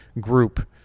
group